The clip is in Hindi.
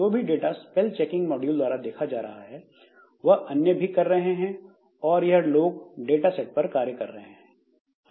जो भी डाटा स्पेल चेकिंग मॉड्यूल द्वारा देखा जा रहा है वह अन्य भी कर रहे हैं और यह लोग डाटा सेट पर कार्य कर रहे हैं